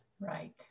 right